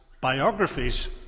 biographies